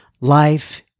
life